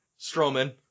Strowman